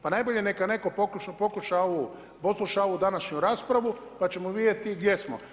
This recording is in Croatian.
Pa najbolje neka netko pokuša ovu, posluša ovu današnju raspravu pa ćemo vidjeti gdje smo.